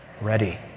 ready